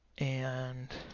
and